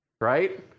Right